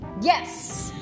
Yes